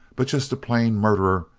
but just a plain murderer,